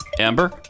Amber